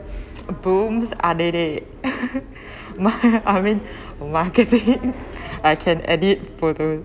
a booms ma~ I mean marketing I can edit further